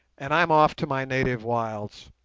and i'm off to my native wilds.